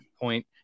point